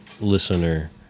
listener